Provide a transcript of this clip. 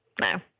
No